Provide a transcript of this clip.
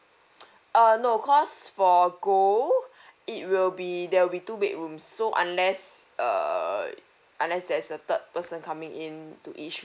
uh no cause for gold it will be there will be two bedrooms so unless err unless there's a third person coming into each